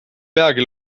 peagi